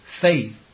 faith